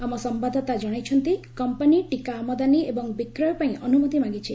ଆମ ସମ୍ଭାଦଦାତା ଜଣାଇଛନ୍ତି କମ୍ପାନୀ ଟିକା ଆମଦାନୀ ଏବଂ ବିକ୍ରୟ ପାଇଁ ଅନୁମତି ମାଗିଛି